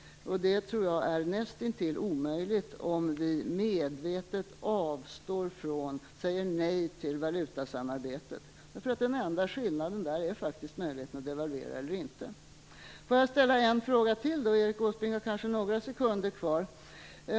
Det tror jag är nästintill omöjligt om vi medvetet säger nej till valutasamarbetet. Den enda skillnaden är faktiskt möjligheten att devalvera eller inte. Får jag ställa en fråga till? Erik Åsbrink har kanske några sekunder kvar.